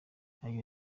aya